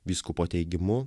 vyskupo teigimu